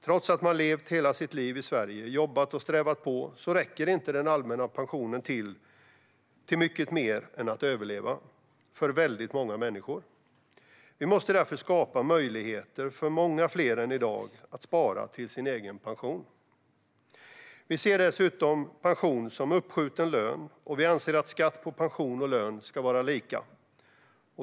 Trots att man levt hela sitt liv i Sverige, jobbat och strävat på, så räcker inte den allmänna pensionen till mycket mer än att överleva för många människor. Vi måste därför skapa möjligheter för många fler än i dag att spara till sin egen pension. Vi anser dessutom att pension är uppskjuten lön, och vi anser att skatt på pension och lön ska vara lika.